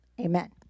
Amen